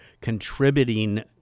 contributing